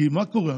כי מה קורה?